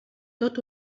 tot